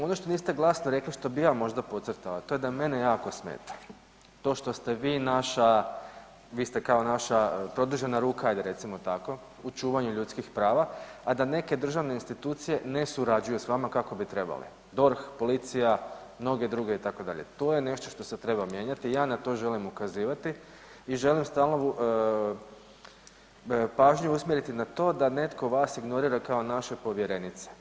Ono što niste glasno rekli što bih ja možda podcrtao, a to je da mene jako smeta to što ste vi naša, vi ste kao naša produžena ruka ajde recimo tako u čuvanju ljudskih prava, a da neke državne institucije ne surađuju s vama kako bi trebali DORH, policija i mnoge druge itd., to je nešto što se treba mijenjati i ja na to želim ukazivati i želim stalnu pažnju usmjeriti na to da netko vas ignorira kao naše povjerenice.